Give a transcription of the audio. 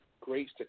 Great